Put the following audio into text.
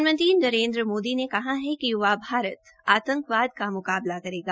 प्रधानमंत्री नरेन्द्र मोदी ने कहा है कि य्वा भारत आंतकवाद का म्काबला करेगा